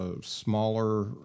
smaller